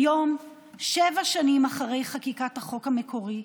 כיום, שבע שנים אחרי חקיקת החוק המקורי,